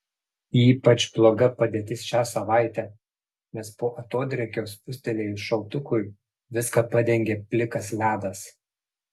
ypač bloga padėtis šią savaitę nes po atodrėkio spustelėjus šaltukui viską padengė plikas ledas